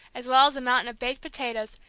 as well as a mountain of baked potatoes,